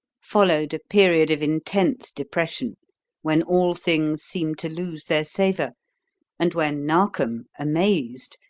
followed a period of intense depression when all things seemed to lose their savour and when narkom, amazed,